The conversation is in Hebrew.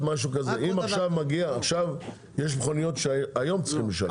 יש מכוניות שהיום צריכים לשלם, נכון?